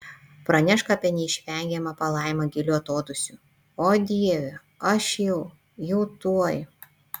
pranešk apie neišvengiamą palaimą giliu atodūsiu o dieve aš jau jau tuoj